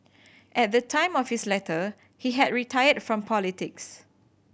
at the time of his letter he had retired from politics